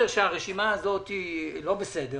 היא לא בסדר